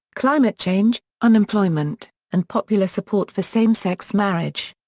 climate change, unemployment, and popular support for same-sex marriage.